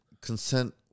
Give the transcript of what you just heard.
consent